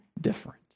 different